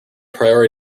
priori